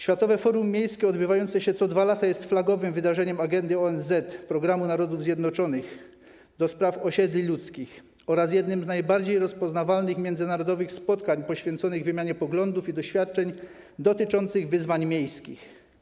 Światowe Forum Miejskie odbywające się co 2 lata jest flagowym wydarzeniem agendy ONZ, programu narodów zjednoczonych do spraw osiedli ludzkich oraz jednym z najbardziej rozpoznawalnych międzynarodowych spotkań poświęconych wymianie poglądów i doświadczeń dotyczących wyzwań miejskich.